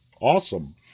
awesome